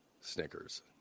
Snickers